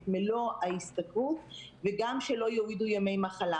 מלוא ההשתכרות וגם שלא יורידו ימי מחלה.